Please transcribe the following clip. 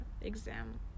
exam